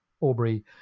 Aubrey